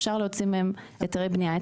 אפשר להוציא מהן היתרי בנייה.